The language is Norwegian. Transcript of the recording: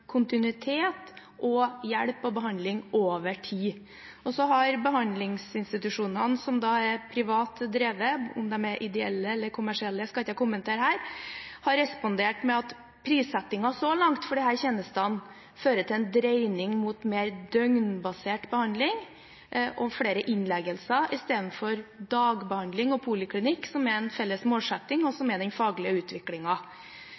kontinuitet – hjelp og behandling over tid. Så har de behandlingsinstitusjonene som er privat drevet, om de er ideelle eller kommersielle skal ikke jeg kommentere her, respondert med at prissettingen så langt for disse tjenestene fører til en dreining mot mer døgnbasert behandling og flere innleggelser istedenfor dagbehandling og poliklinikk, som er en felles målsetting, og som er den faglige